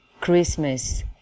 Christmas